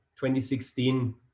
2016